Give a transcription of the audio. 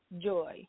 Joy